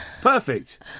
Perfect